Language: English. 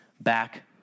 back